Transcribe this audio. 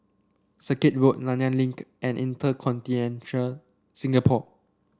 Circuit Road Nanyang Link and InterContinental Singapore